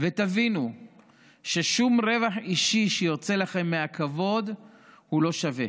ותבינו ששום רווח אישי שיוצא לכם מהכבוד לא שווה.